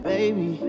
Baby